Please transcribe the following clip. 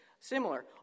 similar